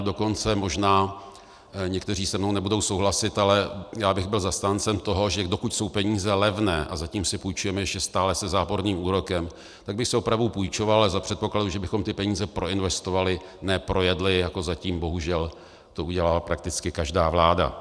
Dokonce možná, někteří se mnou nebudou souhlasit, ale já bych byl zastáncem toho, že dokud jsou peníze levné a zatím si půjčujeme stále ještě se záporným úrokem tak bych si opravdu půjčoval, ale za předpokladu, že bychom ty peníze proinvestovali, ne projedli, jako zatím bohužel to udělala prakticky každá vláda.